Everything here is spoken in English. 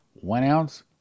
one-ounce